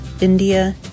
India